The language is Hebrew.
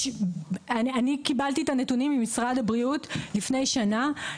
אני קיבלתי את הנתונים ממשרד הבריאות לפני כשנה: